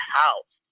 house